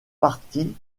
partie